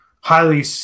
highly